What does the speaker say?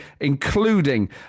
including